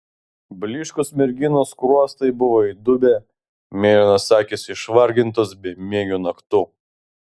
blyškūs merginos skruostai buvo įdubę mėlynos akys išvargintos bemiegių naktų